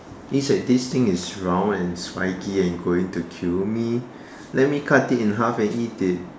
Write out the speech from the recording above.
it's like this thing is round and spiky and going to kill me let me cut it in half and eat it